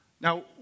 Now